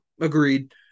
Agreed